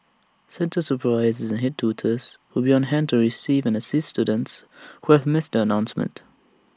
centre supervisors and Head tutors will be on hand to receive and assist students who have missed the announcement